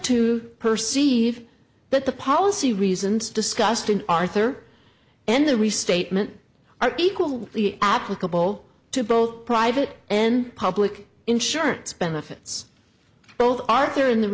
to perceive that the policy reasons discussed in arthur and the restatement are equally applicable to both private and public insurance benefits both arthur in the